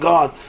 God